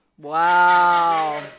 Wow